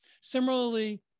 Similarly